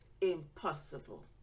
impossible